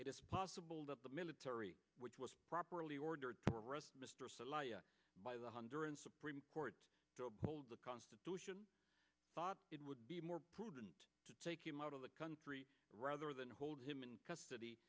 is possible that the military which was properly ordered by the honduran supreme court to uphold the constitution thought it would be more prudent to take him out of the country rather than hold him in custody